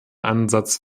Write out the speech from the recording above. ansatz